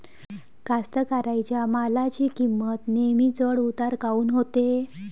कास्तकाराइच्या मालाची किंमत नेहमी चढ उतार काऊन होते?